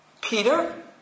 Peter